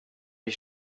ich